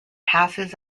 passes